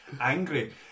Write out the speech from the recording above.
angry